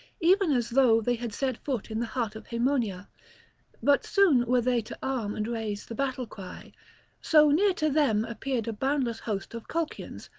even as though they had set foot in the heart of haemonia but soon were they to arm and raise the battle-cry so near to them appeared a boundless host of colchians,